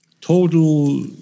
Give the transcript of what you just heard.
total